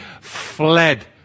fled